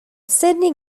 sydney